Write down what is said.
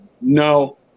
No